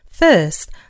First